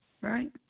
right